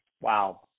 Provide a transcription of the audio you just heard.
Wow